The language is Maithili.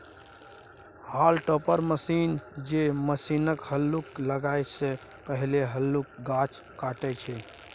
हॉल टॉपर एकटा मशीन छै जे जमीनसँ अल्लु निकालै सँ पहिने अल्लुक गाछ काटय छै